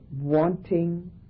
wanting